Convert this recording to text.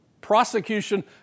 prosecution